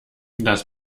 das